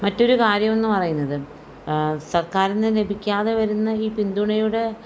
മറ്റൊരു കാര്യം എന്ന് പറയുന്നത് സർക്കാരിന്ന് ലഭിക്കാതെ വരുന്ന ഈ പിന്തുണയുടെ